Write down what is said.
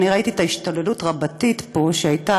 ראיתי את ההשתוללות רבתי פה שהייתה,